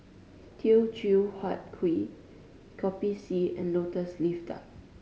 Teochew Huat Kuih Kopi C and Lotus Leaf Duck